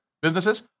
businesses